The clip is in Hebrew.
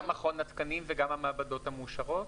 גם מכון התקנים וגם המעבדות המאושרות?